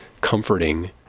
comforting